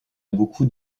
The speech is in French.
beaucoup